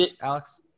Alex